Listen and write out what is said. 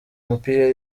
mipira